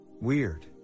Weird